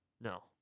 No